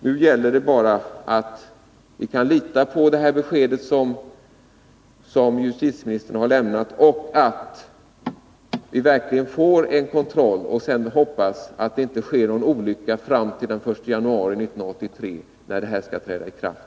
Nu gäller det bara om vi kan lita på det besked som justitieministern har lämnat och att vi verkligen får en kontroll. Sedan får vi hoppas att det inte sker någon olycka fram till den 1 januari 1983, när det här skall träda i kraft.